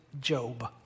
Job